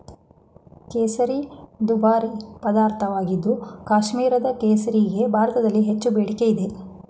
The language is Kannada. ಕೇಸರಿ ದುಬಾರಿ ಪದಾರ್ಥವಾಗಿದ್ದು ಕಾಶ್ಮೀರದ ಕೇಸರಿಗೆ ಭಾರತದಲ್ಲಿ ಹೆಚ್ಚು ಬೇಡಿಕೆ ಇದೆ